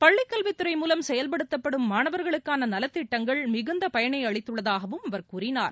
பள்ளிகல்வித் துறை மூலம் செயல்படுத்தப்படும் மாணவர்களுக்கான நலத்திட்டங்கள் மிகுந்த பயனை அளித்துள்ளதாகவும் அவர் கூறினார்